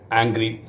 angry